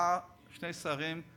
באו שני שרים,